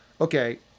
okay